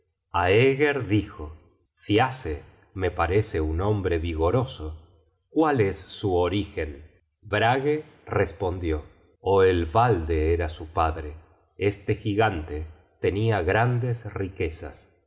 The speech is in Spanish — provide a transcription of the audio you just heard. estrellas aeger dijo thiasse me parece un hombre vigoroso cuál es su origen brage respondió oelvalde era su padre este gigante tenia grandes riquezas